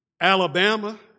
Alabama